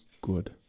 good